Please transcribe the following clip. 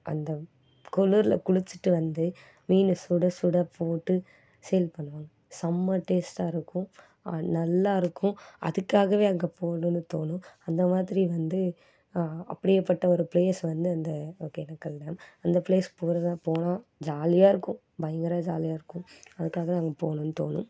அந்த குளிரில் குளிச்சுட்டு வந்து மீனை சுட சுட போட்டு சேல் பண்ணுவாங்க செம்ம டேஸ்ட்டாக இருக்கும் நல்லாயிருக்கும் அதுக்காகவே அங்கே போகணுன்னு தோணும் அந்த மாதிரி வந்து அப்படியாப்பட்ட ஒரு பிளேஸ் வந்து அந்த ஒகேனக்கல் டேம் அந்த பிளேஸ் போகிறதுனா போனால் ஜாலியாக இருக்கும் பயங்கர ஜாலியாக இருக்கும் அதுக்காகவே அங்கே போகணுன்னு தோணும்